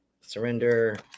surrender